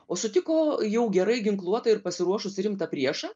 o sutiko jau gerai ginkluotą ir pasiruošusį rimtą priešą